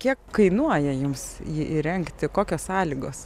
kiek kainuoja jums jį įrengti kokios sąlygos